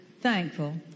thankful